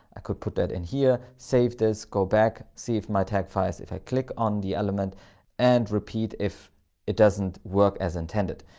i could put it in here, save this, go back, see if my tag fires if i click on the element and repeat if it doesn't work as intended.